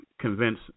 convince